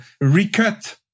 recut